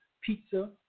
pizza